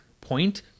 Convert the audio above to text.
point